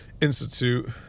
Institute